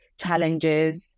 challenges